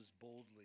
boldly